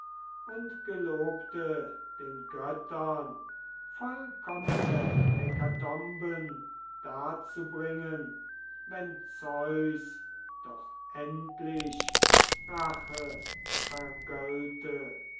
und gelobte den göttern vollkommene hekatomben darzubringen wenn zeus doch endlich rache vergölte